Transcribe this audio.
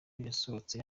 yasohotse